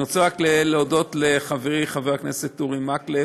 אני רוצה רק להודות לחברי חבר הכנסת אורי מקלב,